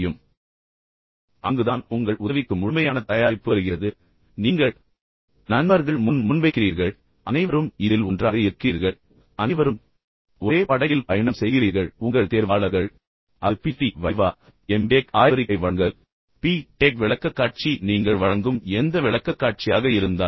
எனவே அங்குதான் உங்கள் உதவிக்கு முழுமையான தயாரிப்பு வருகிறது இல்லையெனில் நீங்கள் நண்பர்கள் முன் முன்வைக்கிறீர்கள் நீங்கள் அனைவரும் இதில் ஒன்றாக இருப்பதை நீங்கள் அறிவீர்கள் நீங்கள் அனைவரும் ஒரே படகில் பயணம் செய்கிறீர்கள் மேலும் உங்கள் சரியாகத் தயார்படுத்தும் வரை உங்கள் தேர்வாளர்கள் அது பிஎச்டி விவா எம் டெக் ஆய்வறிக்கை வழங்கல் பி டெக் விளக்கக்காட்சி நீங்கள் வழங்கும் எந்த விளக்கக்காட்சியாக இருந்தாலும்